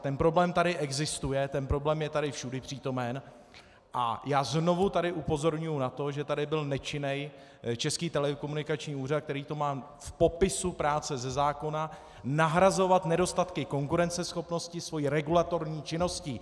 Ten problém tady existuje, ten problém je tady všudypřítomen a já znovu tady upozorňuji na to, že tady byl nečinný Český telekomunikační úřad, který to má v popisu práce ze zákona nahrazovat nedostatky konkurenceschopnosti svou regulatorní činností.